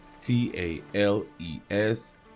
T-A-L-E-S